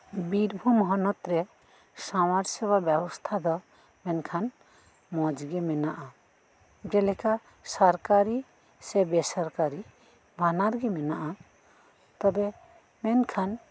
ᱵᱤᱨᱵᱷᱩᱢ ᱦᱚᱱᱚᱛ ᱨᱮ ᱥᱟᱶᱟᱨ ᱥᱮᱵᱟ ᱵᱮᱵᱚᱥᱛᱷᱟ ᱫᱚ ᱢᱮᱱᱠᱷᱟᱱ ᱢᱚᱸᱡᱽ ᱜᱮ ᱢᱮᱱᱟᱜᱼᱟ ᱡᱮᱞᱮᱠᱟ ᱥᱚᱨᱠᱟᱨᱤ ᱥᱮ ᱵᱮᱥᱚᱨᱠᱟᱨᱤ ᱵᱟᱱᱟᱨ ᱜᱮ ᱢᱮᱱᱟᱜᱼᱟ ᱛᱚᱵᱮ ᱢᱮᱱ ᱠᱷᱟᱱ